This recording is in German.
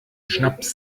schnaps